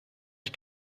ich